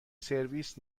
سرویس